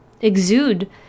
exude